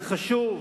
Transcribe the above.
זה חשוב,